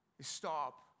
Stop